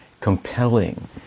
compelling